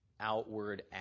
outward